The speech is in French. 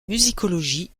musicologie